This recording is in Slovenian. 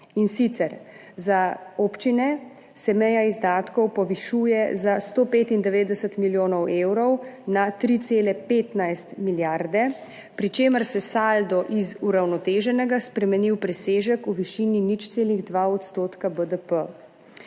in sicer, za občine se meja izdatkov povišuje za 195 milijonov evrov na 3,15 milijarde, pri čemer se saldo iz uravnoteženega spremeni v presežek v višini 0,2 % BDP.